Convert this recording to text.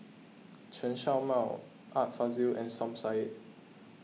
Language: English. Chen Show Mao Art Fazil and Som Said